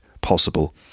possible